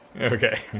Okay